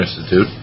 Institute